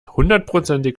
hundertprozentig